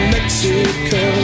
Mexico